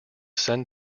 send